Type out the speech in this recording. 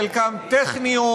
חלקן טכניות,